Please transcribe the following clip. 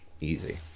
easy